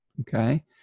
okay